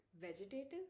vegetative